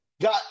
got